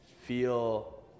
feel